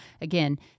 again